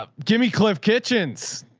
ah gimme cliff kitchens.